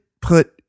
put